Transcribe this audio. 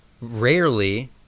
Rarely